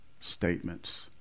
statements